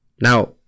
Now